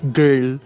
girl